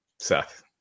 Seth